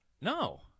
No